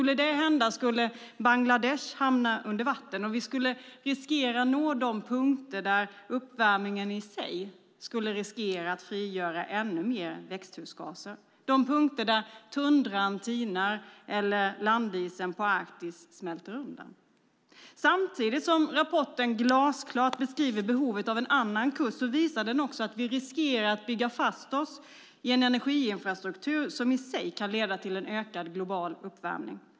Om det händer skulle Bangladesh hamna under vatten och vi skulle riskera att nå de punkter där uppvärmningen i sig riskerar att frigöra ännu mer växthusgaser, de punkter där tundran tinar eller landisen på Arktis smälter undan. Samtidigt som rapporten glasklart beskriver behovet av en annan kurs visar den också att vi riskerar att bygga fast oss i en energiinfrastruktur som i sig kan leda till en ökad global uppvärmning.